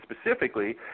specifically